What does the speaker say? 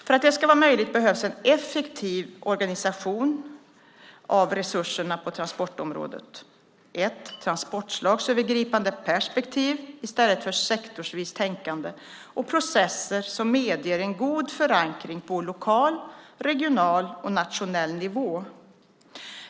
För att det ska vara möjligt behövs en effektiv organisation av resurserna på transportområdet, ett transportslagövergripande perspektiv i stället för sektorsvis tänkande och processer som medger en god förankring på lokal, regional och nationell nivå.